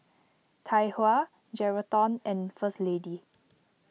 Tai Hua Geraldton and First Lady